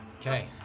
Okay